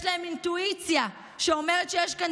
יש להם אינטואיציה שאומרת שיש כאן